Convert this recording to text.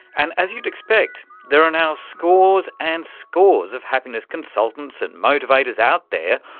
and as you'd expect, there are now scores and scores of happiness consultants and motivators out there,